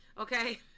Okay